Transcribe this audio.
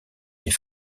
les